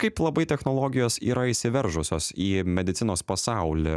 kaip labai technologijos yra įsiveržusios į medicinos pasaulį